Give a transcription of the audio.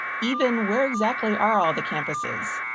even, where exactly are all the campuses?